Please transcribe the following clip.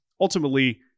Ultimately